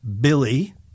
Billy